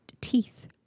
teeth